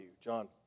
John